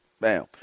Bam